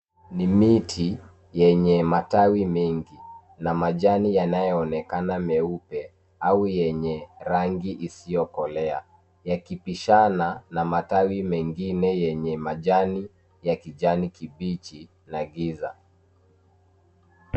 Ni miti yenye matawi mengi na majani yanayonekana meupe au yenye rangi isiokolea yakipishana na matawi mengine yenye majani ya kijani kibichi na giza.